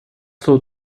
two